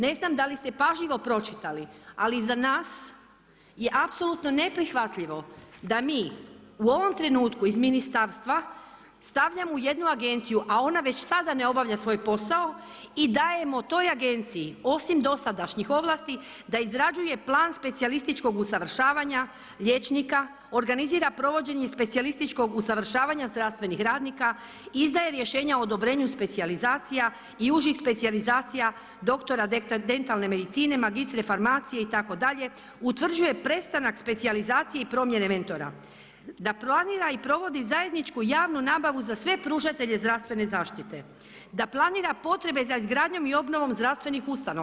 Ne znam da li ste pažljivo pročitali ali za nas je apsolutno neprihvatljivo da mi u ovom trenutku iz ministarstva stavljamo u jednu agenciju a ona već sada ne obavlja svoj posao i dajemo toj agenciji osim dosadašnjih ovlasti da izrađuje plan specijalističkog usavršavanja liječnika, organizira provođenje specijalističkog usavršavanja zdravstvenih radnika, izdaje rješenja o odobrenju specijalizacija i užih specijalizacija, doktora dentalne medicine, magistre farmacije itd., utvrđuje prestanak specijalizacije i promjene mentora, da planira i provodi zajedničku javnu nabavu za sve pružatelje zdravstvene zaštite, da planira potrebe za izgradnjom i obnovom zdravstvenih ustanova.